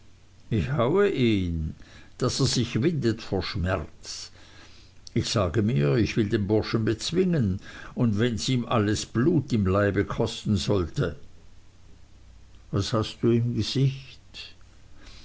ich haue ihn daß er sich windet vor schmerz ich sage mir ich will den burschen bezwingen und wenns ihm alles blut im leibe kosten sollte was hast du im gesicht